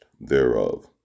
thereof